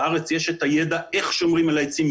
בארץ יש את הידע איך שומרים על העצים,